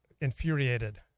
infuriated